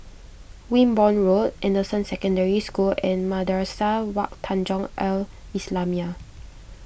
Wimborne Road Anderson Secondary School and Madrasah Wak Tanjong Al Islamiah